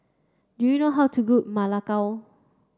do you know how to cook Ma Lai Gao